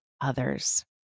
others